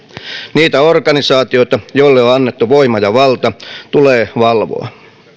niitä organisaatioita joille on annettu voima ja valta tulee valvoa